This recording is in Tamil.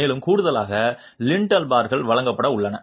மேலும் கூடுதலாக லிண்டல் பார்கள் வழங்கப்பட உள்ளன